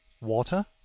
water